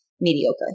mediocre